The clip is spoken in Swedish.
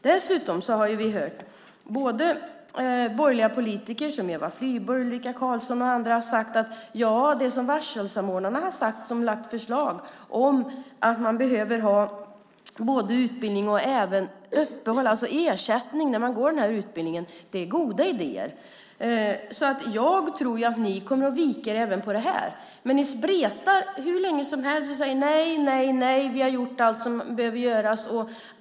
Dessutom har vi hört både borgerliga politiker som Eva Flyborg, Ulrika Carlsson och andra säga att det som varselsamordnarna har lagt fram som förslag, att man behöver ha både utbildning och uppehåll, alltså ersättning, när man går den här utbildningen, är goda idéer. Jag tror alltså att ni kommer att vika er även i den här frågan. Men ni spretar hur länge som helst och säger: Nej, vi har gjort allt som behöver göras.